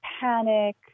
panic